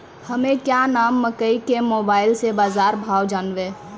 हमें क्या नाम मकई के मोबाइल से बाजार भाव जनवे?